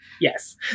Yes